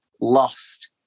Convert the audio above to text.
lost